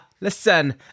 listen